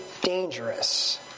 dangerous